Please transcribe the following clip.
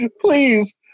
Please